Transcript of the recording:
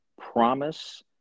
promise